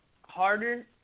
harder